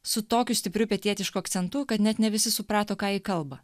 su tokiu stipriu pietietišku akcentu kad net ne visi suprato ką ji kalba